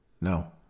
No